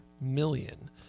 million